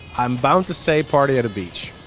i'm bound to say party at a beach.